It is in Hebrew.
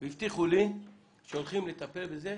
והבטיחו לי שהולכים לטפל בזה